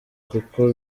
kuko